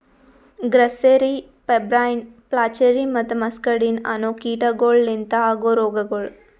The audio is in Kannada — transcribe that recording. ಗ್ರಸ್ಸೆರಿ, ಪೆಬ್ರೈನ್, ಫ್ಲಾಚೆರಿ ಮತ್ತ ಮಸ್ಕಡಿನ್ ಅನೋ ಕೀಟಗೊಳ್ ಲಿಂತ ಆಗೋ ರೋಗಗೊಳ್